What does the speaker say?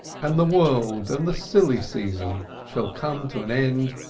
and the world and the silly season shall come to an end,